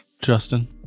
Justin